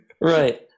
Right